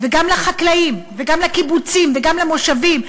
וגם לחקלאים וגם לקיבוצים וגם למושבים.